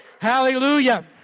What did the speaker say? hallelujah